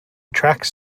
tracks